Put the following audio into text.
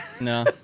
No